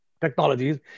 technologies